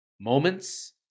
moments